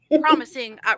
promising